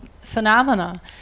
phenomena